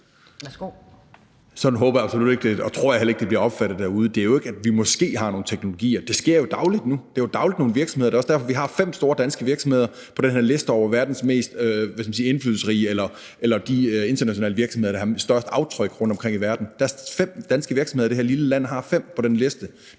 Sådan håber jeg absolut ikke – og det tror jeg heller ikke – at det bliver opfattet derude. Der er jo ikke tale om, at vi måske har nogle teknologier. Det sker jo dagligt nu; der er dagligt nogle virksomheder, der gør det. Det er også derfor, vi har haft fem store danske virksomheder på den her liste over verdens mest indflydelsesrige virksomheder eller over de internationale virksomheder, der har størst aftryk rundtomkring i verden. Der er fem danske virksomheder; det her lille land har fem virksomheder